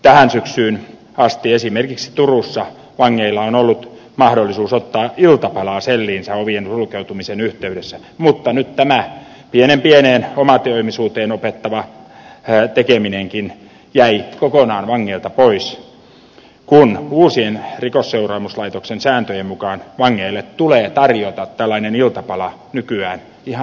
tähän syksyyn asti esimerkiksi turussa vangeilla on ollut mahdollisuus ottaa iltapalaa selliinsä ovien sulkeutumisen yhteydessä mutta nyt tämä pienen pieneen omatoimisuuteen opettava tekeminenkin jäi kokonaan vangeilta pois kun uusien rikosseuraamuslaitoksen sääntöjen mukaan vangeille tulee tarjota tällainen iltapala nykyään ihan erikseen